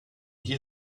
dir